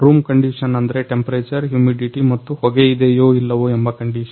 room condition ಅಂದ್ರೆ temperature humidity ಮತ್ತು ಹೊಗೆಯಿದೆಯೋ ಇಲ್ಲವೋ ಎಂಬ ಕಂಡಿಷನ್